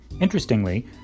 Interestingly